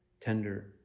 tender